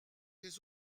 les